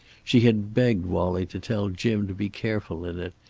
she had begged wallie to tell jim to be careful in it.